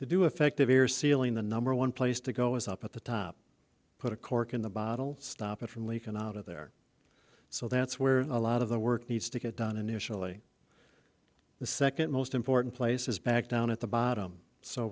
to do effective air sealing the number one place to go is up at the top put a cork in the bottle stop it from leaking out of there so that's where a lot of the work needs to get done initially the second most important place is back down at the bottom so